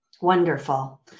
Wonderful